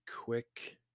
quick